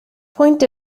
point